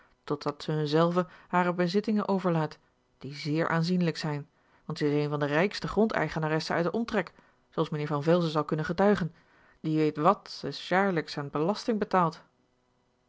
ze hun zelve hare bezittingen overlaat die zeer aanzienlijk zijn want zij is een van de rijkste grondeigenaressen uit den omtrek zooals mijnheer van velzen zal kunnen getuigen die weet wàt zij s jaarlijks aan belasting betaalt